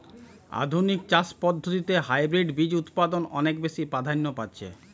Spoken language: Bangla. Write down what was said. আধুনিক চাষ পদ্ধতিতে হাইব্রিড বীজ উৎপাদন অনেক বেশী প্রাধান্য পাচ্ছে